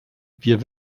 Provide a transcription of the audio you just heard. wir